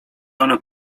one